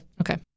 Okay